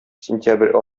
сентябрь